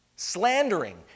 slandering